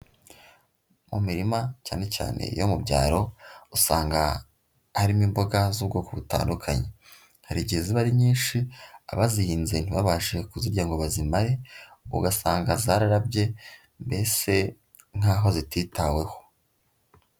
Mu mirima cyane cyane iyo mu byaro usanga harimo imboga z'ubwoko butandukanye, hari igihe ziba ari nyinshi abazihinze ntibabashe kuzirya ngo bazimamare ugasanga zararabye mbese nk'aho zititaweho.